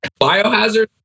Biohazard